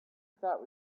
without